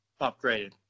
upgraded